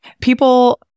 people